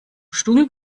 stuhl